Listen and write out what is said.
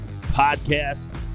podcast